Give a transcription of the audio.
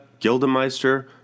Gildemeister